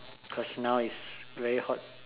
cause now is very hot